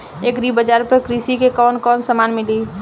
Agri बाजार पर कृषि के कवन कवन समान मिली?